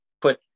put